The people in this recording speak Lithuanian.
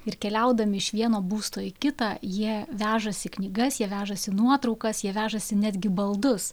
ir keliaudami iš vieno būsto į kitą jie vežasi knygas jie vežasi nuotraukas jie vežasi netgi baldus